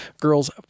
Girls